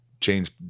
change